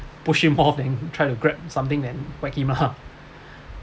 pushing more then try to grab something then whack him ah